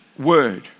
Word